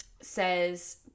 says